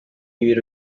ibiro